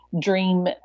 dream